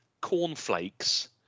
cornflakes